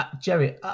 Jerry